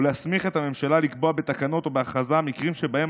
ולהסמיך את הממשלה לקבוע בתקנות או בהכרזה מקרים שבהם